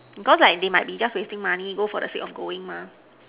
cause like they might be just wasting money go for the sake of going